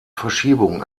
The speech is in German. verschiebung